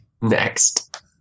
Next